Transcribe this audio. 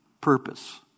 purpose